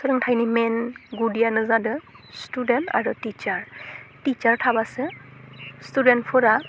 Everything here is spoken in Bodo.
सोलोंथाइनि मेन गुदियानो जादों स्टुदेन्थ आरो टिसार टिसार थाबासो स्टुदेन्थफोरा